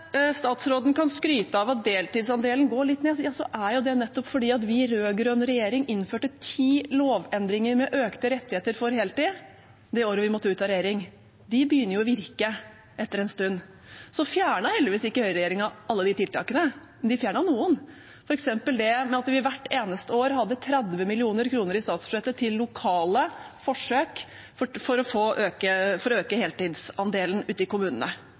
statsråden kan skryte av at deltidsandelen går litt ned, er det nettopp fordi vi i rød-grønn regjering innførte ti lovendringer med økte rettigheter for heltid det året vi måtte ut av regjering. De begynner å virke etter en stund. Høyreregjeringen fjernet heldigvis ikke alle de tiltakene. De fjernet noen, f.eks. det med at vi hvert eneste år hadde 30 mill. kr i statsbudsjettet til lokale forsøk for å øke heltidsandelen ute i kommunene.